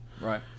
Right